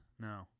no